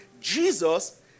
Jesus